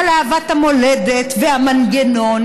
על אהבת המולדת והמנגנון,